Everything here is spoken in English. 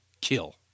Kill